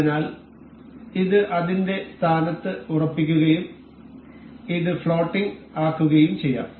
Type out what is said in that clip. അതിനാൽ ഇത് അതിന്റെ സ്ഥാനത്ത് ഉറപ്പിക്കുകയും ഇത് ഫ്ലോട്ടിംഗ് ആക്കുകയും ചെയ്യാം